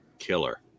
Killer